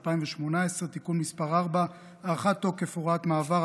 ו-2018) (תיקון מס' 4) (הארכת תוקף הוראת מעבר),